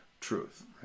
truth